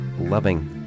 Loving